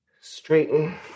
Straighten